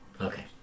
Okay